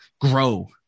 grow